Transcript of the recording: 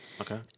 Okay